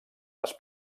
les